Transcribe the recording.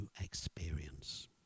experience